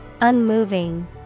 Unmoving